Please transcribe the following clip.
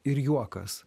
ir juokas